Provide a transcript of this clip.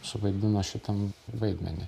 suvaidino šitam vaidmenį